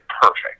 perfect